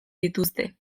dituzte